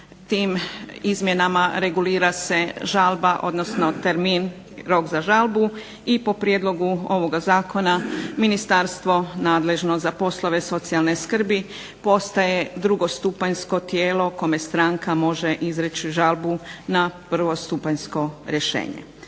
tim izmjenama regulira se žalba, odnosno termin, rok za žalbu i po prijedlogu ovoga zakona ministarstvo nadležno za poslove socijalne skrbi postaje drugostupanjsko tijelo kome stranka može izreći žalbu na prvostupanjsko rješenje.